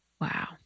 Wow